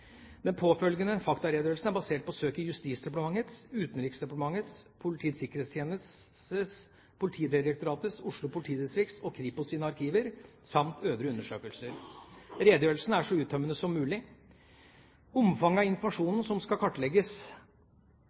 Den påfølgende faktaredegjørelsen er basert på søk i Justisdepartementets, Utenriksdepartementets, Politiets sikkerhetstjenestes, Politidirektoratets, Oslo politidistrikts og Kripos' arkiver samt øvrige undersøkelser. Redegjørelsen er så uttømmende som mulig. Omfanget av informasjonen som skal kartlegges